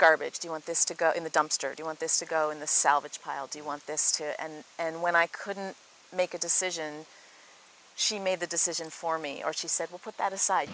garbage you want this to go in the dumpster do you want this to go in the salvage pile do you want this to and and when i couldn't make a decision she made the decision for me or she said we'll put that aside